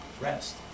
rest